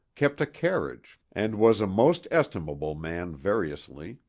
kept a carriage and was a most estimable man variously.